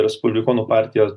respublikonų partijos